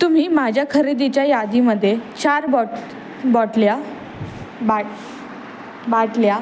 तुम्ही माझ्या खरेदीच्या यादीमध्ये चार बॉट बॉटल्या बाट बाटल्या